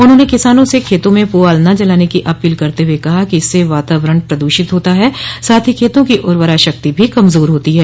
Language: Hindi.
उन्हाने किसानों से खेतों में प्रआल न जलाने की अपील करते हुए कहा कि इससे वातावरण प्रदूषित होता है साथ ही खेतों की उर्वरा शक्ति भी कमजोर होती है